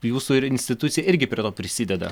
jūsų ir institucija irgi prie to prisideda